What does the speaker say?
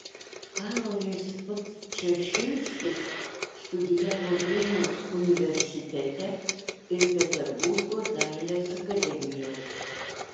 karolis podčašinskis studijavo vilniaus universitete ir peterburgo dailės akademijoje